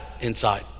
inside